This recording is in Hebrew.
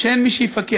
שאין מי שיפקח.